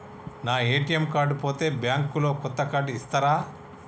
నా ATM card పోతే bank లో కొత్త కార్డు ఇస్తరా?